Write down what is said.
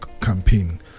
campaign